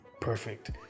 perfect